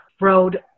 road